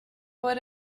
would